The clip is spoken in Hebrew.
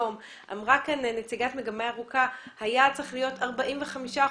אמרה כאן נציגת מגמה ירוקה שהיו צריכים להיות 45 אחוזים,